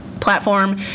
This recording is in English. platform